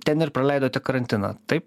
ten ir praleidote karantiną taip